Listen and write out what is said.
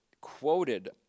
quoted